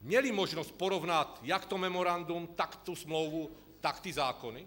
Měli možnost porovnat jak to memorandum, tak tu smlouvu, tak ty zákony?